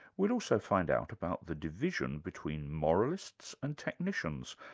we'll also find out about the division between moralists and technicians,